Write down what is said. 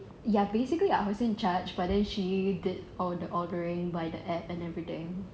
ya basically I was in charge but then she did all the ordering by the ad and everything